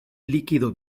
líquido